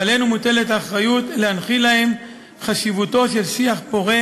ועלינו מוטלת האחריות להנחיל להם את חשיבותו של שיח פורה,